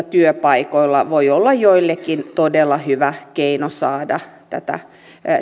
työpaikoilla voi olla joillekin todella hyvä keino saada tätä